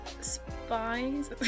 spies